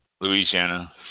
Louisiana